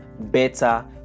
better